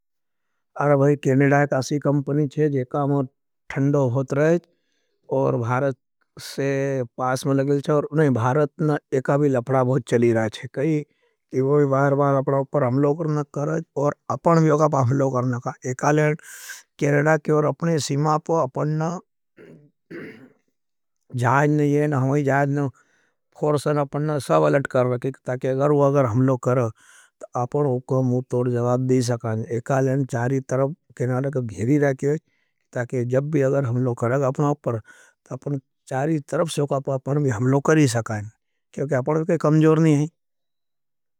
अरे भाई कैनेडा एक असी कमपणी है जेका हमों थंड़ो होत रहे हैं और भारत से पास में लगेल हैं और भारत न एका भी लपड़ा बहुत चली रहा है। कई इवाभी बार बार आपर हमलो करना करें और अपन भी हमलो करना करें। एका लेन चारी तरब के नाड़े को घेड़ी रहे हैं ताकि जब भी हमलो करें आपना अपर चारी तरब से हमलो करीं सकाईं क्योंकि अपना को कमजोर नहीं है।